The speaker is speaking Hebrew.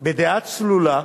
בדעה צלולה,